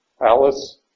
Alice